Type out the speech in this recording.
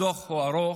הדוח הוא ארוך,